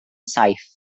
saith